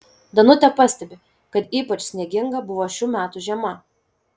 danutė pastebi kad ypač snieginga buvo šių metų žiema